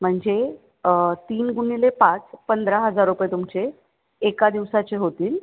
म्हणजे तीन गुणिले पाच पंधरा हजार रुपये तुमचे एका दिवसाचे होतील